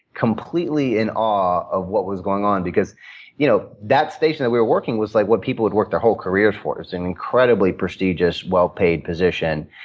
completely in awe of what was going on because you know that station that we were working was like what people would work their whole careers for. it was an incredibly prestigious, well-paid position,